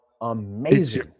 amazing